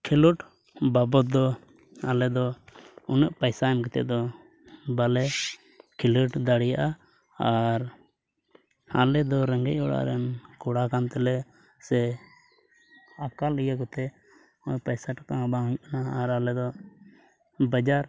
ᱠᱷᱮᱞᱳᱰ ᱵᱟᱵᱚᱫᱽ ᱫᱚ ᱟᱞᱮ ᱫᱚ ᱩᱱᱟᱹᱜ ᱯᱚᱭᱥᱟ ᱮᱢ ᱠᱟᱛᱮᱫ ᱫᱚ ᱵᱟᱞᱮ ᱠᱷᱮᱞᱳᱰ ᱫᱟᱲᱮᱭᱟᱜᱼᱟ ᱟᱨ ᱟᱞᱮ ᱫᱚ ᱨᱮᱸᱜᱮᱡ ᱚᱲᱟᱜ ᱨᱮᱱ ᱠᱚᱲᱟ ᱠᱟᱱ ᱛᱮᱞᱮ ᱥᱮ ᱟᱠᱟᱞ ᱤᱭᱟᱹ ᱠᱚᱛᱮ ᱩᱱᱟᱹᱜ ᱯᱚᱭᱥᱟ ᱴᱟᱠᱟ ᱦᱚᱸ ᱵᱟᱝ ᱦᱩᱭᱩᱜ ᱠᱟᱱᱟ ᱟᱨ ᱟᱞᱮ ᱫᱚ ᱵᱟᱡᱟᱨ